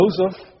Joseph